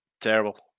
Terrible